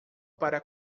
para